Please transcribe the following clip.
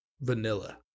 vanilla